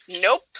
Nope